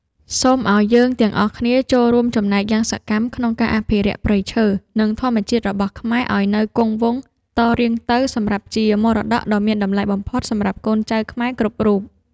សូមឱ្យយើងទាំងអស់គ្នាចូលរួមចំណែកយ៉ាងសកម្មក្នុងការអភិរក្សព្រៃឈើ និង ធម្មជាតិរបស់ខ្មែរឱ្យនៅគង់វង្សតរៀងទៅសម្រាប់ជាមរតកដ៏មានតម្លៃបំផុតសម្រាប់កូនចៅខ្មែរគ្រប់រូប។